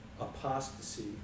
apostasy